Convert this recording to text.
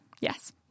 Yes